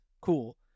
Cool